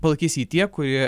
palaikys jį tie kurie